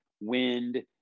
wind